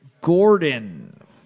Gordon